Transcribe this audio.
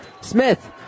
Smith